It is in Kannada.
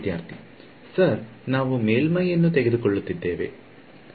ವಿದ್ಯಾರ್ಥಿ ಸರ್ ನಾವು ಮೇಲ್ಮೈಯನ್ನು ತೆಗೆದುಕೊಳ್ಳುತ್ತಿದ್ದೇವೆ a